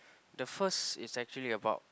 the first is actually about